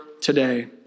today